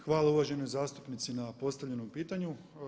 Hvala uvaženoj zastupnici na postavljenom pitanju.